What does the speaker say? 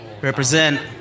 Represent